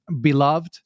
beloved